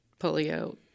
polio